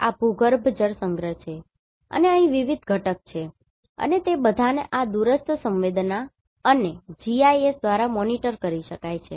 આ ભૂગર્ભજળ સંગ્રહ છે અને અહીં વિવિધ ઘટકો છે અને તે બધાને આ દૂરસ્થ સંવેદનાઅને GIS દ્વારા મોનીટર કરી શકાય છે